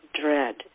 dread